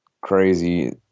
crazy